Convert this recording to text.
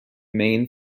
main